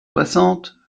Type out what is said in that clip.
soixante